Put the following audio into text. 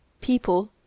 People